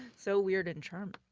so weird and charming.